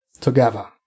together